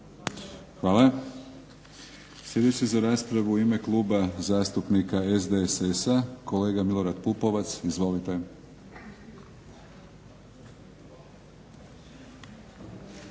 Hvala. Sljedeći za raspravu u ime Kluba zastupnika SDSS-a, kolega Milorad Pupovac. Izvolite.